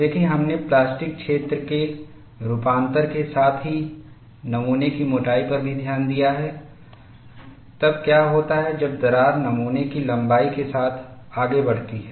देखें हमने प्लास्टिक क्षेत्र के रूपांतर के साथ ही नमूने की मोटाई पर भी ध्यान दिया है तब क्या होता है जब दरार नमूने की लंबाई के साथ आगे बढ़ती है